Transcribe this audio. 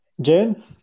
Jane